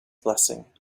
blessing